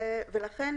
ולכן,